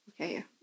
okay